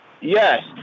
Yes